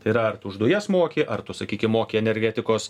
ir ar tu už dujas moki ar tu sakykim moki energetikos